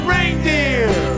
Reindeer